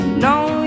No